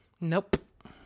nope